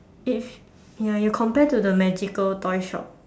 it's ya you compare to the magical toy shop